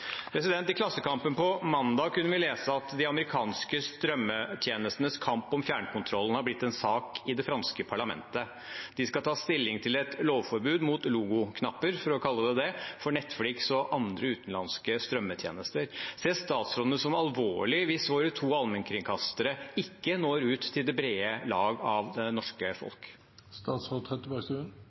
I Klassekampen på mandag kunne vi lese at de amerikanske strømmetjenestenes kamp om fjernkontrollen har blitt en sak i det franske parlamentet. De skal ta stilling til et lovforbud mot logoknapper, for å kalle det det, for Netflix og andre utenlandske strømmetjenester. Ser statsråden det som alvorlig hvis våre to allmennkringkastere ikke når ut til det brede lag av det norske